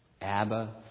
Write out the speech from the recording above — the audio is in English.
Abba